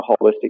holistic